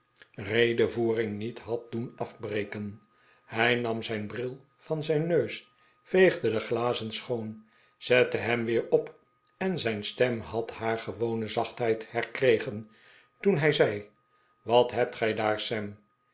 voering niet had doen afbreken hij nam zijn bril van zijn neus veegde de glazen schoon zette hem weer op en zijn stem had haar gewone zachtheid herkregen toen hij zei wat hebt gij daar sam